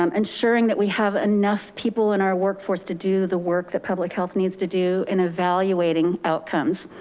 um ensuring that we have enough people in our workforce to do the work that public health needs to do in evaluating outcomes.